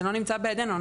זה לא נמצא בידנו.